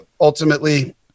ultimately